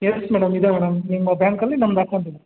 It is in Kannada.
ಯಸ್ ಮೇಡಮ್ ಇದೆ ಮೇಡಮ್ ನಿಮ್ಮ ಬ್ಯಾಂಕಲ್ಲಿ ನಮ್ದು ಅಕೌಂಟ್ ಇದೆ